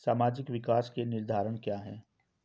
सामाजिक विकास के निर्धारक क्या है?